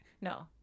No